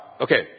Okay